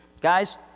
guys